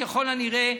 ככל הנראה,